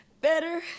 Better